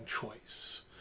choice